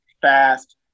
fast